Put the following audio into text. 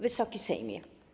Wysoki Sejmie!